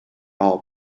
all